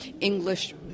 English